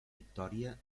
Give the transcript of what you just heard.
victòria